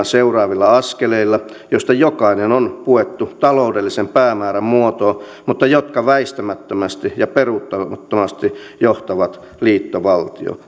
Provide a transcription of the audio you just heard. seuraavilla askeleilla joista jokainen on puettu taloudellisen päämäärän muotoon mutta jotka väistämättömästi ja peruuttamattomasti johtavat liittovaltioon